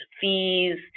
fees